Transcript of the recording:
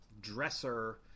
dresser